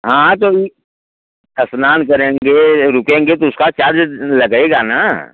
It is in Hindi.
हाँ तो अभी स्नान करेंगे रुकेंगे तो उसका चार्जेस लगेगा ना